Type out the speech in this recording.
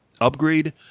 upgrade